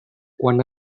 quan